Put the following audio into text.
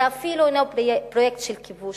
זה אפילו לא פרויקט של כיבוש,